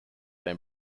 then